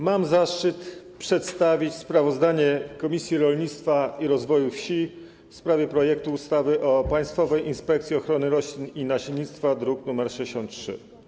Mam zaszczyt przedstawić sprawozdanie Komisji Rolnictwa i Rozwoju Wsi w sprawie projektu ustawy o Państwowej Inspekcji Ochrony Roślin i Nasiennictwa, druk nr 63.